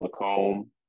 Macomb